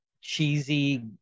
cheesy